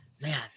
man